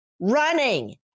running